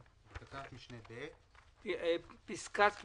2020. אני מבקש לדון על נושא ההעברה בין קופות הגמל.